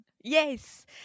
yes